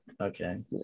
okay